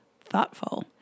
thoughtful